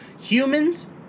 humans